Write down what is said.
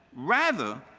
rather,